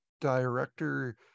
director